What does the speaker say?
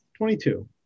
22